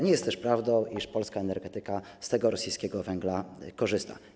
Nie jest też prawdą, iż polska energetyka z tego rosyjskiego węgla korzysta.